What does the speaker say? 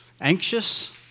anxious